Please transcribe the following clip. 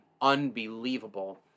unbelievable